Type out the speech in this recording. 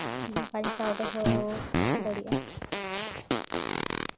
ᱵᱟᱧᱪᱟᱣ ᱫᱚᱦᱚ ᱫᱟᱲᱮᱭᱟᱜᱼᱟ